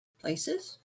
places